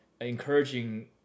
encouraging